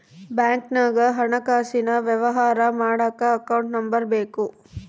ಬ್ಯಾಂಕ್ನಾಗ ಹಣಕಾಸಿನ ವ್ಯವಹಾರ ಮಾಡಕ ಅಕೌಂಟ್ ನಂಬರ್ ಬೇಕು